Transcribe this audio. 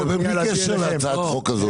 --- אתה מדבר בלי קשר להצעת החוק הזאת,